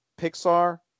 Pixar